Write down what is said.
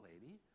lady